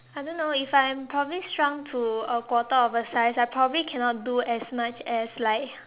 I don't know if I am probably shrunk to a quarter of a size I probably cannot do as much as like